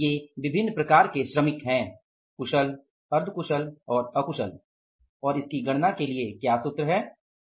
ये विभिन्न प्रकार के श्रमिक हैं कुशल अर्ध कुशल और अकुशल और इसकी गणना के लिए क्या सूत्र है